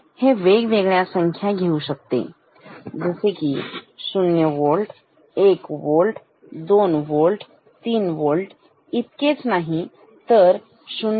हे वेगवेगळ्या संख्या घेऊ शकते जसे 0 वोल्ट1 वोल्ट3 वोल्ट इतकेच नाही तर 0